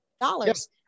dollars